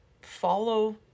follow